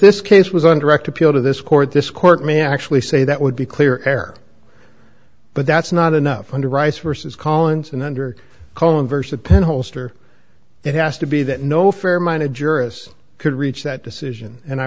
this case was under act appeal to this court this court may actually say that would be clear air but that's not enough under rice versus collins and under colin verse the pen holster it has to be that no fair minded jurists could reach that decision and i